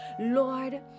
Lord